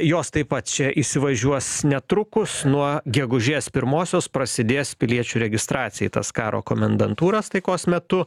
jos taip pat čia įsivažiuos netrukus nuo gegužės pirmosios prasidės piliečių registracija į tas karo komendantūras taikos metu